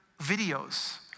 videos